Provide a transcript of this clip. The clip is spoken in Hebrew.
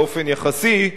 באופן יחסי,